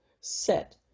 Set